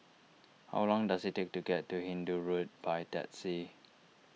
how long does it take to get to Hindoo Road by taxi